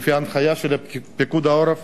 לפי ההנחיה של פיקוד העורף,